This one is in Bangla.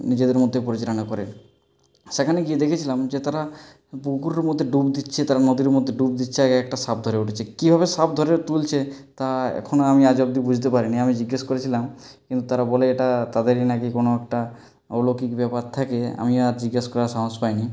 নিজেদের মধ্যে পরিচালনা করে সেখানে গিয়ে দেখেছিলাম যে তারা পুকুরের মধ্যে ডুব দিচ্ছে তারা নদীর মধ্যে ডুব দিচ্ছে একেকটা সাপ ধরে উঠছে কীভাবে সাপ ধরে তুলছে তা এখনও আমি আজ অবধি বুঝতে পারিনি আমি জিজ্ঞেস করেছিলাম কিন্তু তারা বলে এটা তাদেরই নাকি কোনো একটা অলৌকিক ব্যাপার থাকে আমি আর জিজ্ঞেস করার সাহস পাইনি